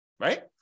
Right